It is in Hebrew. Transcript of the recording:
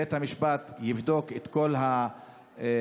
בית המשפט יבדוק את כל הנתונים,